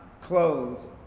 clothes